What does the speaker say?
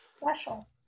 special